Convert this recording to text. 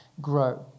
grow